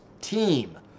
team